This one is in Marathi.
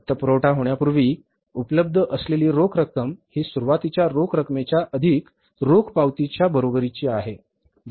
वित्तपुरवठा होण्यापूर्वी उपलब्ध असलेली रोख रक्कम हि सुरूवातीच्या रोख रकमेच्या अधिक रोख पावती च्या बरोबरीची आहे